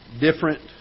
different